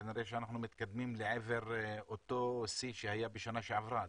כנראה שאנחנו מתקדמים לעבר אותו שיא שהיה בשנה שעברה,